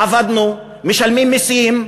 עבדנו, משלמים מסים.